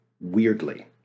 weirdly